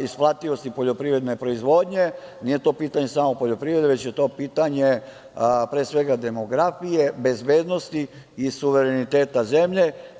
isplativosti poljoprivredne, nije pitanje samo poljoprivrede, već je pitanje pre svega demografije, bezbednosti i suvereniteta zemlje.